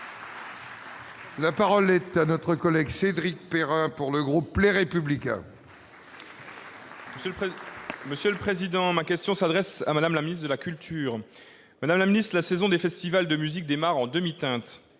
La parole est à M. Cédric Perrin, pour le groupe Les Républicains. Ma question s'adresse à Mme la ministre de la culture. Madame la ministre, la saison des festivals de musique démarre en demi-teinte.